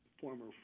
former